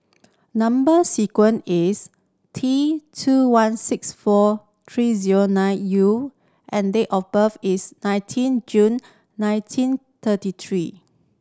number sequence is T two one six four three zero nine U and date of birth is nineteen June nineteen thirty three